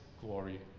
glory